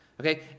Okay